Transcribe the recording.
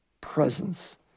presence